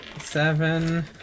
seven